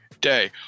day